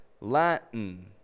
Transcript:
Latin